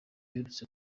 uherutse